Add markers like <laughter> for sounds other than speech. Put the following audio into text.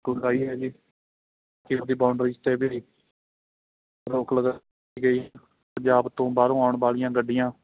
ਕੁੱਲ ਆ ਹੀ ਆ ਜੀ ਕਿ ਉਹਦੀ ਬਾਊਂਡਰੀ 'ਤੇ <unintelligible> ਰੋਕ ਲਗਾ ਗਈ ਹੈ ਪੰਜਾਬ ਤੋਂ ਬਾਹਰੋਂ ਆਉਣ ਵਾਲੀਆਂ ਗੱਡੀਆਂ